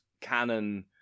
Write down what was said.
canon